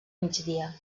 migdia